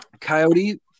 Coyote